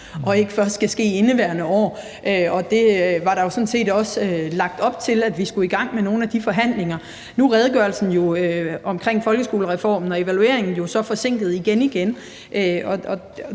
og ikke først skal ske i indeværende år. Der var jo sådan set også lagt op til, at vi skulle i gang med nogle af de forhandlinger. Nu er redegørelsen om folkeskolereformen og evalueringen jo så forsinket igen igen.